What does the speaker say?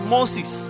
Moses